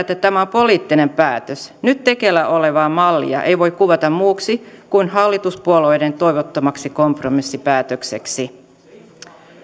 että tämä on poliittinen päätös nyt tekeillä olevaa mallia ei voi kuvata muuksi kuin hallituspuolueiden toivottomaksi kompromissipäätökseksi